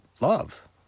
love